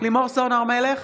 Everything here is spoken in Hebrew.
לימור סון הר מלך,